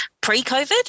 pre-covid